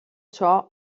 ciò